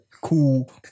cool